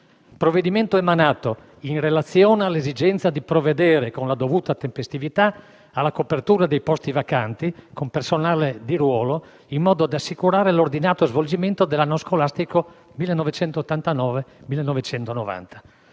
provvedimento è stato emanato in relazione all'esigenza di provvedere con la dovuta tempestività alla copertura dei posti vacanti con personale di ruolo, in modo da assicurare l'ordinato svolgimento dell'anno scolastico 1989-1990.